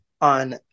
on